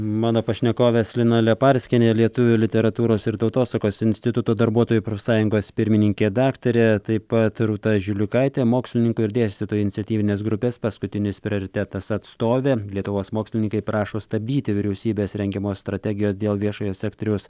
mano pašnekovės lina leparskienė lietuvių literatūros ir tautosakos instituto darbuotojų profsąjungos pirmininkė daktarė taip pat rūta žiliukaitė mokslininkų ir dėstytojų iniciatyvinės grupės paskutinis prioritetas atstovė lietuvos mokslininkai prašo stabdyti vyriausybės rengiamos strategijos dėl viešojo sektoriaus